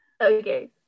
Okay